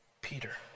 Peter